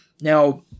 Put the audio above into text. Now